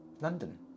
London